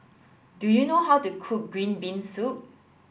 do you know how to cook green bean soup